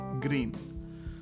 green